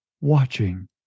watching